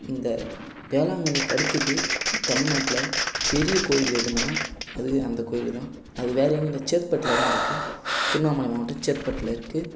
இந்த வேளாங்கண்ணிக்கு அடுத்தது தமிழ்நாட்டில் பெரிய கோவில் எதுன்னா அது அந்த கோவிலு தான் அது வேறு எங்கேயும் இல்லை சேத்பட்டில் தான் இருக்குது திருவண்ணாமலை மாவட்டம் சேத்பட்டில் இருக்குது